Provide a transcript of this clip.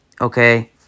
okay